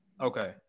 Okay